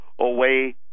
away